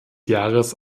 jahres